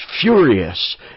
furious